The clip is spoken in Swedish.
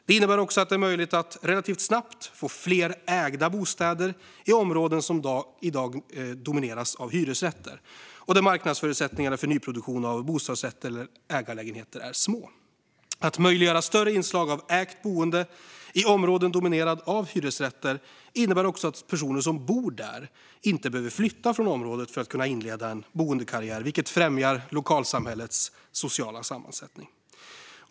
Det innebär också en möjlighet att relativt snabbt få fler ägda bostäder i områden som i dag domineras av hyresrätter och där marknadsförutsättningarna för nyproduktion av bostadsrätter eller ägarlägenheter är dåliga. Att möjliggöra större inslag av ägt boende i områden dominerade av hyresrätter innebär också att personer som bor där inte behöver flytta från området för att kunna inleda en boendekarriär, vilket främjar lokalsamhällets sociala sammansättning.